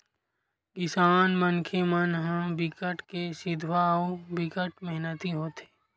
किसान मनखे मन ह बिकट के सिधवा अउ बिकट मेहनती होथे